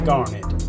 Garnet